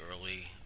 early